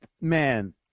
man